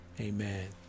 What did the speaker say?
Amen